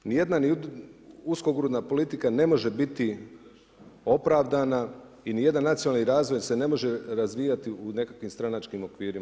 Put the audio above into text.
Ni jedna uskogrudna politika ne može biti opravdana i ni jedan nacionalni razvoj, se ne može razvijati u nekakvim stranačkim okvirima.